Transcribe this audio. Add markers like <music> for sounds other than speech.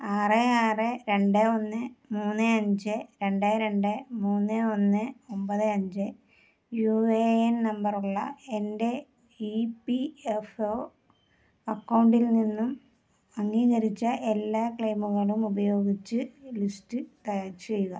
ആറ് ആറ് രണ്ട് ഒന്ന് മൂന്ന് അഞ്ച് രണ്ട് രണ്ട് മൂന്ന് ഒന്ന് ഒമ്പത് അഞ്ച് യു എ എൻ നമ്പറുള്ള എൻ്റെ ഇ പി എഫ് ഒ അക്കൗണ്ടിൽ നിന്നും അംഗീകരിച്ച എല്ലാ ക്ലെയിമുകളും ഉപയോഗിച്ച് ലിസ്റ്റ് <unintelligible> ചെയ്യുക